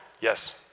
Yes